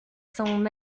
son